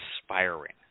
Inspiring